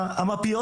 והמפיות